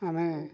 ଆମେ